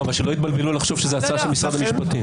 שלא יתבלבלו לחשוב שזו הצעה של משרד המשפטים.